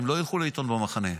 הם לא ילכו לעיתון במחנה,